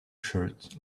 shirt